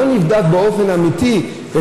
לא נבדק באופן אמיתי.